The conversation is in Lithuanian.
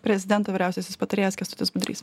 prezidento vyriausiasis patarėjas kęstutis budrys